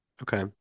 Okay